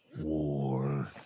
War